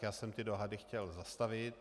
Já jsem ty dohady chtěl zastavit.